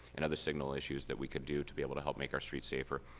and other signal issues that we could do to be able to help make our streets safer.